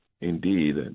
indeed